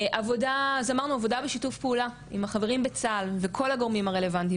אז אמרנו עבודה בשיתוף פעולה עם החברים בצה"ל וכל הגורמים הרלוונטיים,